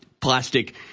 plastic